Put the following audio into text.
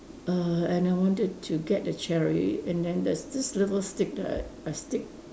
err and I wanted to get a cherry and then there's this little stick that I I stick